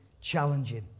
challenging